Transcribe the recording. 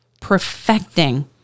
perfecting